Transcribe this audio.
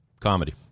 comedy